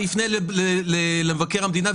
אני אפנה למבקר המדינה,